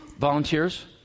Volunteers